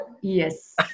yes